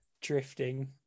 Drifting